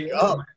up